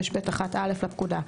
55ב1(א) לפקודה.